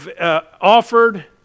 offered